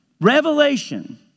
Revelation